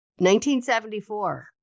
1974